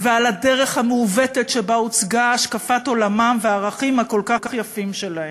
ועל הדרך המעוותת שבה הוצגו השקפת עולמם והערכים הכל-כך יפים שלהם,